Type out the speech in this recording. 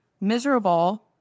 miserable